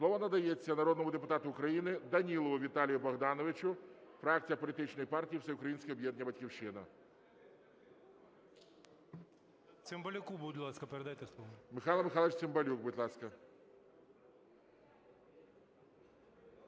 Слово надається народному депутату України Данілову Віталію Богдановичу, фракція політичної партії "Всеукраїнське об'єднання "Батьківщина". 10:09:20 ДАНІЛОВ В.Б. Цимбалюку, будь ласка,